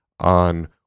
on